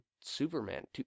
Superman